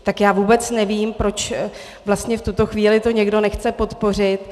Tak já vůbec nevím, proč vlastně v tuto chvíli to někdo nechce podpořit.